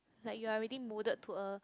like you are already molded to a